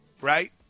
right